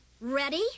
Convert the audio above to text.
Ready